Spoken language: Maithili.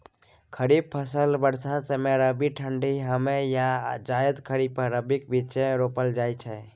खरीफ फसल बरसात समय, रबी ठंढी यमे आ जाएद खरीफ आ रबीक बीचमे रोपल जाइ छै